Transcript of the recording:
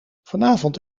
vanavond